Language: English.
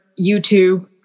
YouTube